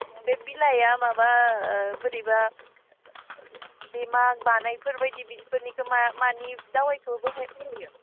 बे बिलाइआ माबा बोरैबा बेमा बानायफोर बायदि बिदिफोरनिखो मा मानि दवायखौ बेहाय बाहायो